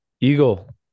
eagle